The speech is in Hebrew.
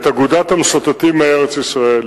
את "אגודת המשוטטים" הארץ-ישראלית.